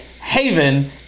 Haven